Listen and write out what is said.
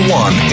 one